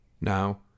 Now